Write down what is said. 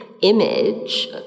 image